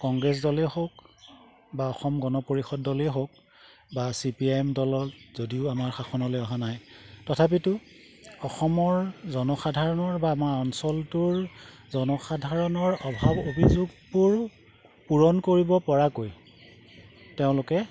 কংগ্ৰেছ দলেই হওক বা অসম গণ পৰিষদ দলেই হওক বা চি পি আই এম দলত যদিও আমাৰ শাসনলৈ অহা নাই তথাপিতো অসমৰ জনসাধাৰণৰ বা আমাৰ অঞ্চলটোৰ জনসাধাৰণৰ অভাৱ অভিযোগবোৰ পূৰণ কৰিব পৰাকৈ তেওঁলোকে